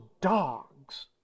dogs